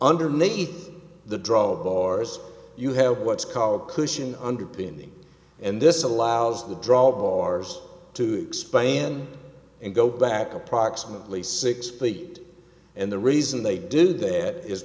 underneath the drop bars you have what's called a cushion underpinning and this allows the drop ours to expand and go back approximately six feet and the reason they do that is